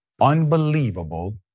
unbelievable